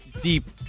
deep